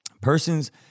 Persons